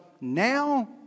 now